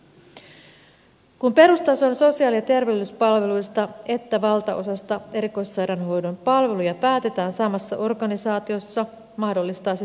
kun perustason sosiaali ja terveyspalveluista ja valtaosasta erikoissairaanhoidon palveluja päätetään samassa organisaatiossa mahdollistaa se synergiaetuja